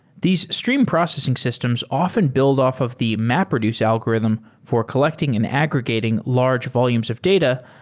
these stream processing systems often build off of the mapreduce algorithm for collecting and aggregating large volumes of data,